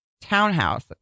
townhouse